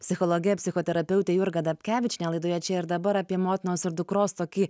psichologe psichoterapeute jurga dapkevičiene laidoje čia ir dabar apie motinos ir dukros tokį